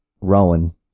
Rowan